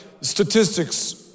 statistics